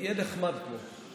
יהיה נחמד פה.